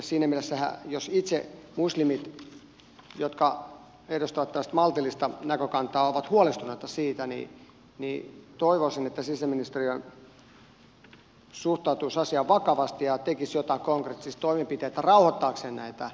siinä mielessähän jos itse muslimit jotka edustavat tällaista maltillista näkökantaa ovat huolestuneita siitä toivoisin että sisäministeriö suhtautuisi asiaan vakavasti ja tekisi joitain konkreettisia toimenpiteitä rauhoittaakseen näitä muslimiyhteisöjä